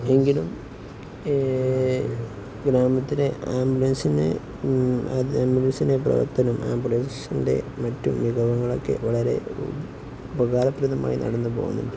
എങ്കിലും ഗ്രാമത്തിലെ ആംബുലൻസിൻ്റെ പ്രവർത്തനം ആംബുലൻസിൻ്റെ മറ്റു വിഭാഗങ്ങളൊക്കെ വളരെ ഉപകാരപ്രദമായി നടന്നുപോകുന്നുണ്ട്